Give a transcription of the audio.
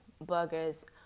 Burgers